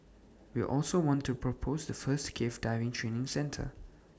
we also want to propose the first cave diving training centre